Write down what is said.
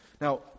Now